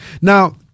Now